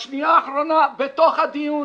בשנייה האחרונה בתוך הדיון